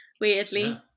weirdly